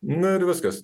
na ir viskas